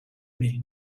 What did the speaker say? mean